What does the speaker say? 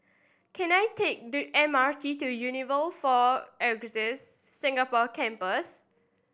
can I take the M R T to Unilever Four Acres Singapore Campus